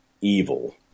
evil